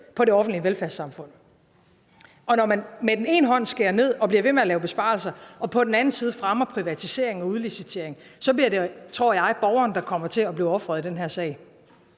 på det offentlige velfærdssamfund. Og når man med den ene hånd skærer ned og bliver ved med at lave besparelser og med den anden hånd fremmer privatisering og udlicitering, bliver det borgerne, tror jeg, der bliver ofre i den her sag.